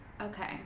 Okay